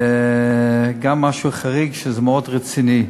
גם משהו חריג שהוא מאוד רציני.